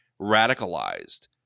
radicalized